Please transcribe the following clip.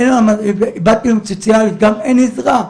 ביקשתי סוציאלית וגם אין עזרה.